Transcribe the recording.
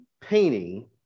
painting